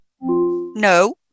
No